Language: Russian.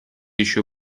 еще